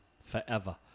forever